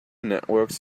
networks